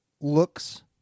Looks